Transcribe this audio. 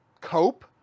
cope